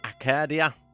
Acadia